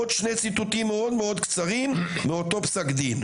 עוד שני ציטוטים מאוד מאוד קצרים מאותו פסק דין: